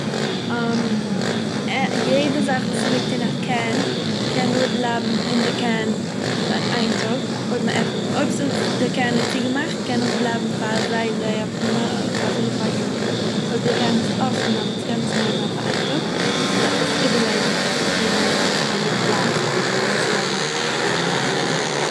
א יעדער זאך וואס ס'ליגט אין א קעין קען נאר בלייבן אין די קעין פאר איין טאג, אויב מ'עפנס אויב ס'איז אויב די קעין איז צוגעמאכט קען עס בלייבן פאר זייער זייער מ... אפילו פאר יארן, אויב די קעין איז אפען דעמאלטס קען עס נאר זיין פאר איין טאג, מ'דארף עס איבערלייגן צו א קאנטעינער אדער א אנדערע פלאץ, קען עס יא זיין פאר א.. פאר לענגער.